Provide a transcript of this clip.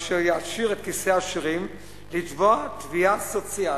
אשר יעשיר את כיסי העשירים, לתבוע תביעה סוציאלית,